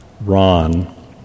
Ron